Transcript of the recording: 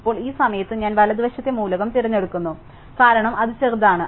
ഇപ്പോൾ ഈ സമയത്ത് ഞാൻ വലത് വശത്തെ മൂലകം തിരഞ്ഞെടുക്കുന്നു കാരണം അത് ചെറുതാണ്